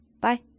Bye